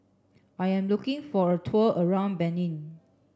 I am looking for a tour around Benin